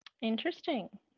interesting